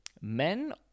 Men